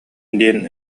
диэн